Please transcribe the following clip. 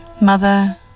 Mother